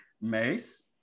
Mace